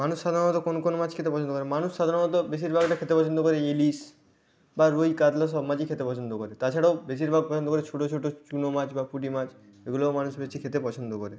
মানুষ সাধারণত কোন কোন মাছ খেতে পছন্দ করে মানুষ সাধারণত বেশিভাগটা খেতে পছন্দ করে ইলিশ বা রুই কাতলা সব মাছই খেতে পছন্দ করে তাছাড়াও বেশিরভাগ পছন্দ করে ছোটো ছোটো চুনো মাছ বা পুঁটি মাছ এগুলোও মানুষ বেছে খেতে পছন্দ করে